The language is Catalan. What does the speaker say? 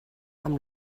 amb